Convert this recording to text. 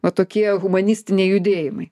va tokie humanistiniai judėjimai